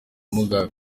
mugabe